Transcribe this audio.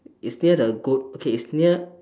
it's the near the goat okay it's near